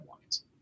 wines